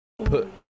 put